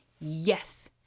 Yes